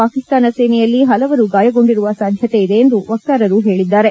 ಪಾಕಿಸ್ತಾನ ಸೇನೆಯಲ್ಲಿ ಹಲವರು ಗಾಯಗೊಂಡಿರುವ ಸಾಧ್ಯತೆ ಇದೆ ಎಂದು ವಕ್ತಾರರು ಹೇಳಿದ್ದಾರೆ